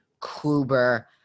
Kluber